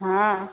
हाँ